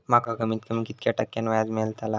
माका कमीत कमी कितक्या टक्क्यान व्याज मेलतला?